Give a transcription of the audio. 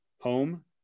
home